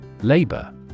Labor